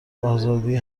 آزادی